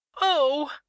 Oh